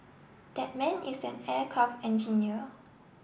that man is an aircraft engineer